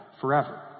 forever